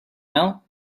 now